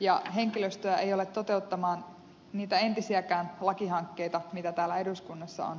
ja henkilöstöä ei ole toteuttamaan niitä entisiäkään lakihankkeita mitä täällä eduskunnassa on pyöritetty